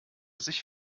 sich